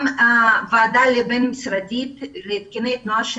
הוועדה הבין-משרדית להתקני תנועה,